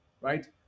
right